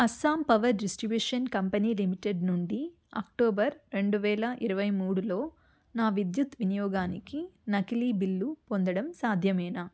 Assam power distribution company limited నుండి October రెండు వేల ఇరవై మూడులో నా విద్యుత్ వినియోగానికి నకిలీ బిల్లు పొందడం సాధ్యమేనా